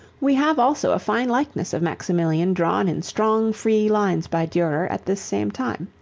we have also a fine likeness of maximilian drawn in strong free lines by durer at this same time.